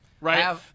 right